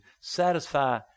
satisfy